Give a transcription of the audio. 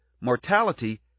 mortality